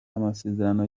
amasezerano